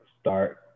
start